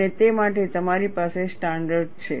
અને તે માટે તમારી પાસે સ્ટાન્ડર્ડો છે